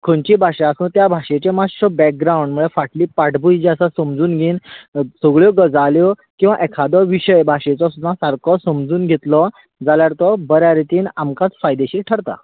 खंयची भाशा आसा त्या भाशेचे मातसो बॅक ग्रावंड म्हणल्यार फाटली पाटभूंय जी आसा समजून घेवन सगळ्यो गजाल्यो किंवा एखादो विशय भाशेचो सुध्दा सारको समजून घेतलो जाल्यार तो बऱ्या रितीन आमकां फायदेशीर ठरतात